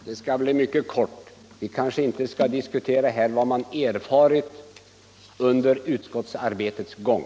Herr talman! Det skall bli mycket kort. Vi kanske inte skall diskutera här vad man erfarit under utskottsarbetets gång.